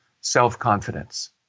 self-confidence